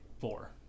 four